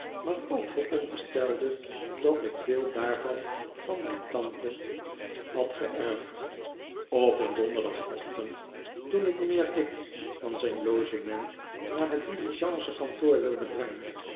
maar ook veronderstelde dat ik veel daarvan van mijn tante had geerfd op een donderdagochtend toen ik mijnheer dick van zijn logement naar het diligence kantoor wilde brengen